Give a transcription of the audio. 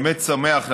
באמת שמח,